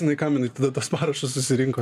jinai kam inai tada tuos parašus susirinko